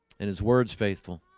and his words faithful